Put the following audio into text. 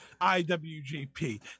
IWGP